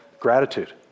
gratitude